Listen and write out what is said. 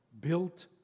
built